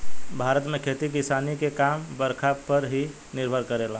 भारत में खेती किसानी के काम बरखा पर ही निर्भर करेला